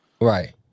right